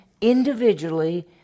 individually